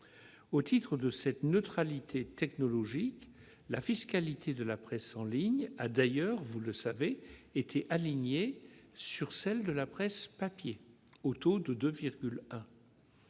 Au titre de cette neutralité technologique, la fiscalité de la presse en ligne a d'ailleurs été alignée sur celle de la presse papier, au taux de 2,1 %.